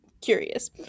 curious